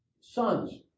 sons